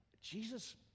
Jesus